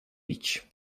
bić